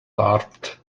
barbed